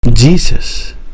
Jesus